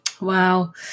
Wow